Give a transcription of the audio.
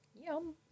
Yum